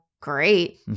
great